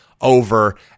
over